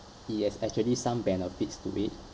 it has actually some benefits to it